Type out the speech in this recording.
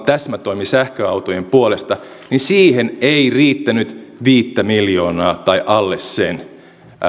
täsmätoimi sähköautojen puolesta ei riittänyt viittä miljoonaa tai alle sen